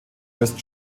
müssen